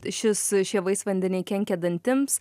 šis šie vaisvandeniai kenkia dantims